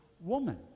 woman